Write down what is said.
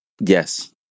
yes